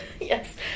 Yes